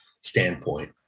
standpoint